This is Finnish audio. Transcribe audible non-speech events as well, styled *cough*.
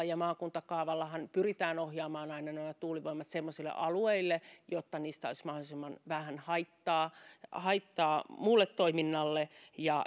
*unintelligible* ja maakuntakaavallahan pyritään ohjaamaan aina tuulivoimat sellaisille alueille jossa niistä olisi mahdollisimman vähän haittaa haittaa muulle toiminnalle